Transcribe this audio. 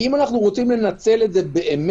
כי אם אנו רוצים לנצל את זה באמת